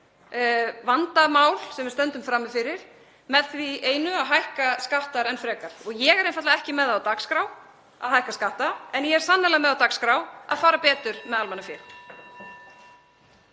vandamál sem við stöndum frammi fyrir með því einu að hækka skatta enn frekar og ég er einfaldlega ekki með það á dagskrá að hækka skatta. En ég er sannarlega með það á dagskrá að fara betur með almannafé.